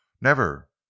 Never